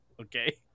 Okay